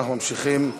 אנחנו ממשיכים.